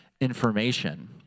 information